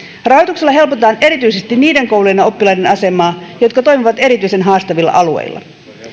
rahoituksella helpotetaan erityisesti niiden koulujen ja oppilaiden asemaa jotka toimivat erityisen haastavilla alueilla